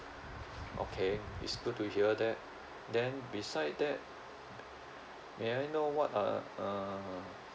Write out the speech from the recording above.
okay it's good to hear that then besides that may I know what uh uh